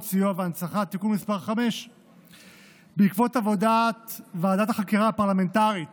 סיוע והנצחה) (תיקון מס' 5). בעקבות עבודת ועדת החקירה הפרלמנטרית